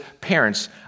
parents